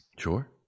sure